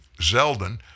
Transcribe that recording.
Zeldin